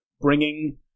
bringing